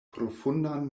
profundan